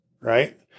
Right